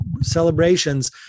celebrations